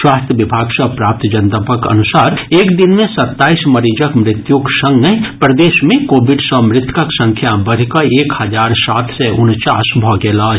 स्वास्थ्य विभाग सँ प्राप्त जनतबक अनुसार एक दिन मे सत्ताईस मरीजक मृत्युक संगहि प्रदेश मे कोविड सँ मृतकक संख्या बढ़ि कऽ एक हजार सात सय उनचास भऽ गेल अछि